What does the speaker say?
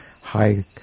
High